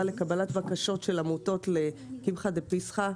לקבלת בקשות של נזקקים לקמחא דפסחא.